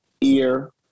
ear